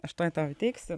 aš tuoj tau įteiksiu